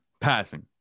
passing